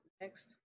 next